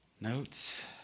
Notes